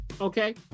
Okay